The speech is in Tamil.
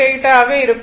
8 ஆக இருக்கும்